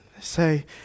say